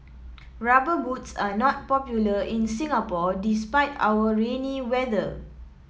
rubber boots are not popular in Singapore despite our rainy weather